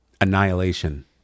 annihilation